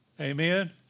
Amen